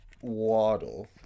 Waddle